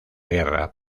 guerra